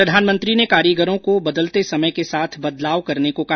प्रधानमंत्री ने कारीगरों को बदलते समय के साथ बदलाव करने को कहा